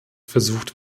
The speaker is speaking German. versucht